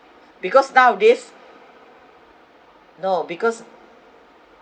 because nowadays no because